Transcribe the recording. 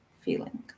feeling